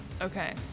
Okay